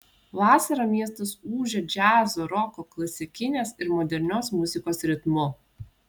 vasarą miestas ūžia džiazo roko klasikinės ir modernios muzikos ritmu